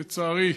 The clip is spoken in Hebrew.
לצערי,